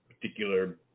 particular